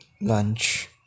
lunch